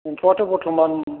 एम्फौआथ' बर्थमान